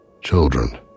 Children